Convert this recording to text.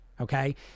Okay